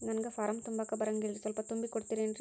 ನಂಗ ಫಾರಂ ತುಂಬಾಕ ಬರಂಗಿಲ್ರಿ ಸ್ವಲ್ಪ ತುಂಬಿ ಕೊಡ್ತಿರೇನ್ರಿ?